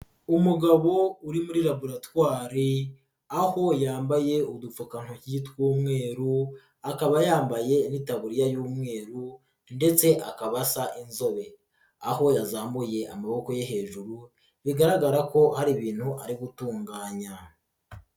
Umugabo uri muri laboratware aho yambaye udupfukantoki tw'umweru, akaba yambaye n'itaburiya y'umweru ndetse akaba asa inzobe, aho yazamuye amaboko ye hejuru bigaragara ko hari ibintu ari gutunganya.